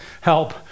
help